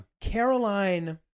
Caroline